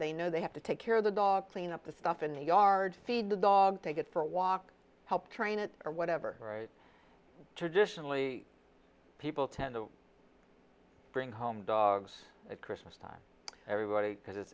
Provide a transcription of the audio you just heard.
they know they have to take care of the dog clean up the stuff in the yard feed the dog take it for a walk help train it or whatever traditionally people tend to bring home dogs at christmas time everybody because it's